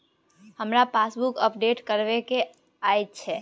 हमरा passbook update करैबे के अएछ?